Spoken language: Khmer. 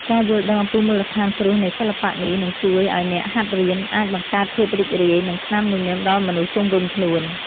ការយល់ដឹងអំពីមូលដ្ឋានគ្រឹះនៃសិល្បៈនេះនឹងជួយឱ្យអ្នកហាត់រៀនអាចបង្កើតភាពរីករាយ និង ស្នាមញញឹមដល់មនុស្សជុំវិញខ្លួន។